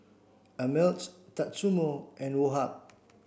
Ameltz Tatsumoto and Woh Hup